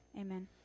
Amen